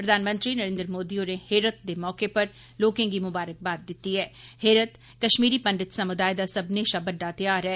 प्रधानमंत्री नरेन्द्र मोदी होरें हेरथ दे मौके पर लोकें गी मुबारकबाद दिती ऐ हेरथ कश्मीरी पंडत समुदाए दा सब्बनें शा बड्डा त्यौहार ऐ